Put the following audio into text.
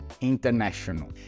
international